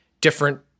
different